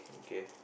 okay